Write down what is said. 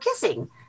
kissing